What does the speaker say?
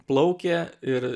plaukė ir